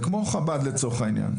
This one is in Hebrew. זה כמו חב"ד, לצורך העניין.